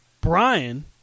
Brian